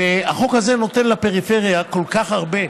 והחוק הזה נותן לפריפריה כל כך הרבה,